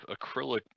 acrylic